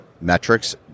Metrics